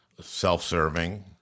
self-serving